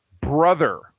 Brother